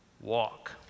walk